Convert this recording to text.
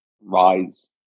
rise